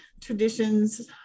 traditions